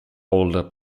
older